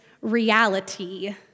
reality